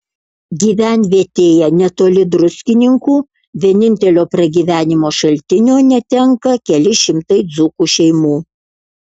gyvenvietėje netoli druskininkų vienintelio pragyvenimo šaltinio netenka keli šimtai dzūkų šeimų